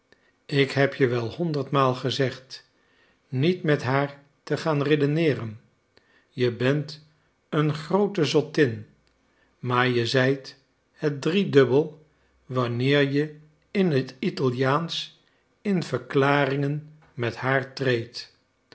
ik heb je wel honderd maal gezegd niet met haar te gaan redeneeren je bent een groote zottin maar je zijt het driedubbel wanneer je in het italiaansch in verklaringen met haar treedt